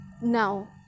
Now